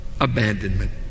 abandonment